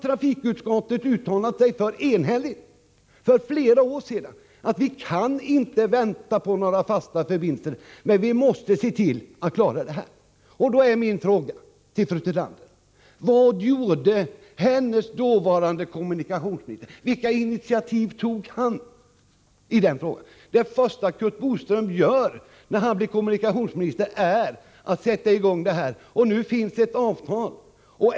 Trafikutskottet har för flera år sedan enhälligt uttalat att vi inte kan vänta på några fasta förbindelser utan måste se till att klara av det här. Det första Curt Boström gör när han blir kommunikationsminister är att sätta i gång detta arbete. Nu finns ett avtal.